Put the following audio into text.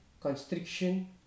constriction